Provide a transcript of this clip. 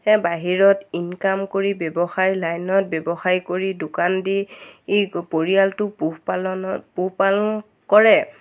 সেই বাহিৰত ইনকাম কৰি ব্যৱসায় লাইনত ব্যৱসায় কৰি দোকান দি ই পৰিয়ালটো পোহপালনত পোহপালন কৰে